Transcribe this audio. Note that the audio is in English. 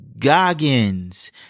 goggins